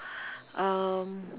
um